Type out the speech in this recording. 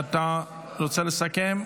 אתה רוצה לסכם?